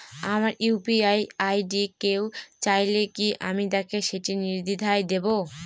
আমার UPI ID কেউ চাইলে কি আমি তাকে সেটি নির্দ্বিধায় দেব?